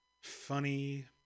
funny